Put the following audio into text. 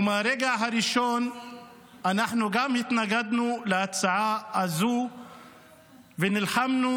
ומהרגע הראשון אנחנו גם התנגדנו להצעה הזו ונלחמנו